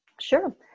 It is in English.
Sure